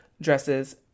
dresses